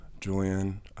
julian